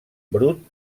brut